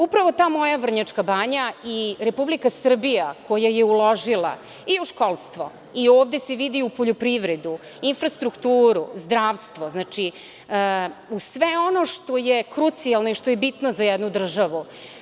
Upravo ta moja Vrnjačka Banja i Republika Srbija, koja je uložila i u školstvo i ovde se vidi i u poljoprivredu, infrastrukturu, zdravstvo, znači, u sve ono što je krucijalno i što je bitno za jednu državu.